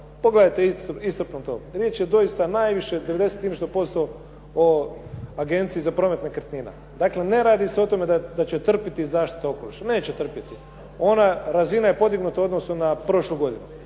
pogledajte istaknuto, riječ je dosita najviše 90 i nešto posto o Agenciji za promet nekretnina. Dakle, ne radi se o tome da će trpiti zaštita okoliša, neće trpjeti. Ona razina je podignuta u odnosu na prošlu godinu.